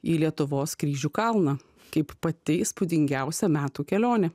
į lietuvos kryžių kalną kaip pati įspūdingiausia metų kelionė